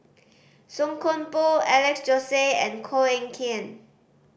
Song Koon Poh Alex Josey and Koh Eng Kian